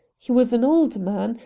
he was an old man,